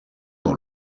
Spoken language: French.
dans